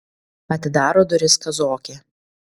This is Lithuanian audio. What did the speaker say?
atidaro duris kazokė